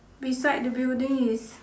beside the building is